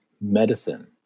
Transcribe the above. medicine